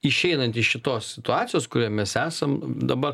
išeinant iš šitos situacijos kurioj mes esam dabar